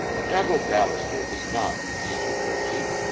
a double baluster is not an ancient motif,